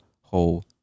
whole